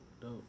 dope